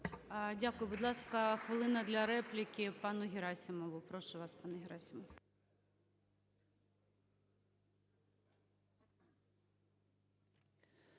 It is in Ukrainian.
Дякую. Будь ласка, хвилина для репліки пану Герасимову. Прошу вас, пане Герасимов.